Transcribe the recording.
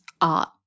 art